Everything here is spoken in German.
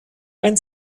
ein